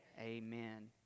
Amen